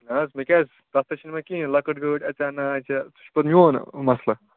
نہ حظ مےٚ کیاہ حظ تتھ سۭتۍ چھُ نہٕ مےٚ کِہیٖنۍ لۄکٕٹ گٲڑۍ اَژیا نہَ اَژیا سُہ چھُ پَتہٕ میون مَثلہٕ